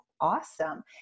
awesome